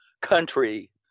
country